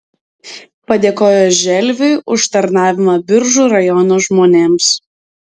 padėkojo želviui už tarnavimą biržų rajono žmonėms